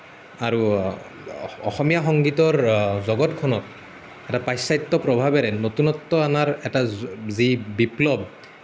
আৰু অসমীয়া সংগীতৰ জগতখনত এটা পাশ্চাত্য প্ৰভাৱেৰে নতুনত্ব অনাৰ এটা যি বিপ্লৱ